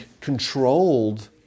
controlled